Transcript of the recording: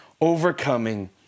overcoming